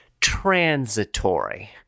transitory